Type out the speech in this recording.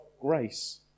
grace